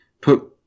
put